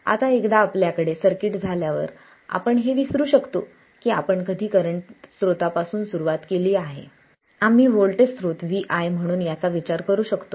आता एकदा आपल्याकडे सर्किट झाल्यावर आपण हे विसरू शकतो की आपण कधी करंट स्त्रोतापासून सुरुवात केली आहे आम्ही व्होल्टेज स्रोत Vi म्हणून याचा विचार करू शकतो